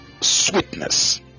sweetness